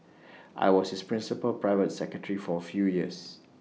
I was his principal private secretary for A few years